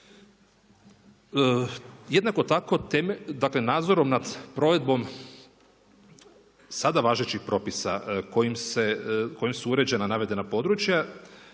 Jednako tako nadzorom nad provedbom sada važećih propisa kojim se uređena navedena područja,